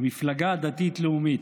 המפלגה הדתית-לאומית.